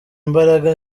imbaraga